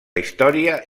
història